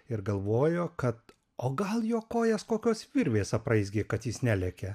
ir galvojo kad o gal jo kojas kokios virvės apraizgė kad jis nelekia